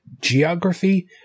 geography